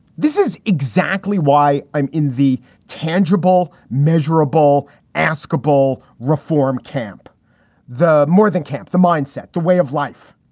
this is exactly why i'm in the tangible, measurable aska bowl reform camp the more than camp, the mindset, the way of life.